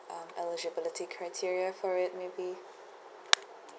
um eligibility criteria for it maybe